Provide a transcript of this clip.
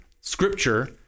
scripture